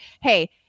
Hey